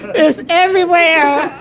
it's everywhere!